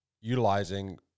utilizing